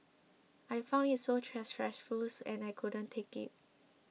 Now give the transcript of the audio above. I found it so stressful and I couldn't take it